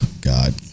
God